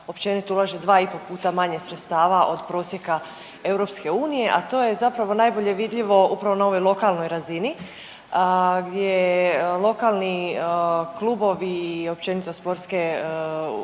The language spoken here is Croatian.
općenito ulaže 2 i pol puta manje sredstava od prosjeka Europske unije, a to je zapravo najbolje vidljivo upravo na ovoj lokalnoj razini gdje lokalni klubovi i općenito sportske